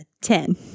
Ten